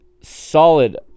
solid